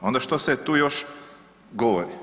Onda što se tu još govori?